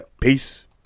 Peace